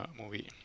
movie